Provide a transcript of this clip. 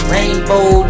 Rainbow